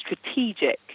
strategic